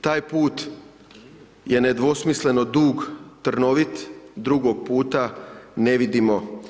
Taj put je nedvosmisleno dug, trnovit, drugog puta ne vidimo.